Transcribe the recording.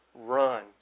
run